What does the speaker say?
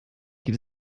geht